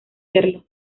serlo